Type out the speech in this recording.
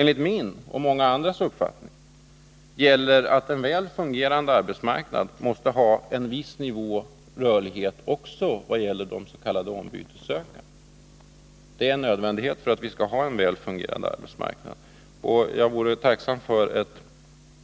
Enligt min och många andras mening måste en väl fungerande arbetsmarknad ha en viss rörlighet också när det gäller de s.k. ombytessökande. Jag vore tacksam 183